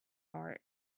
heart